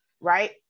right